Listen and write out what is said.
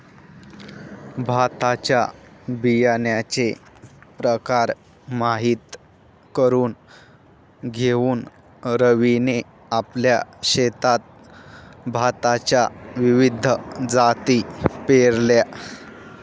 भाताच्या बियाण्याचे प्रकार माहित करून घेऊन रवीने आपल्या शेतात भाताच्या विविध जाती पेरल्या